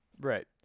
Right